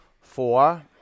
Four